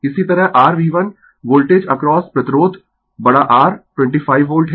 इसी तरह rV1 voltage across प्रतिरोध बड़ा R 25 वोल्ट है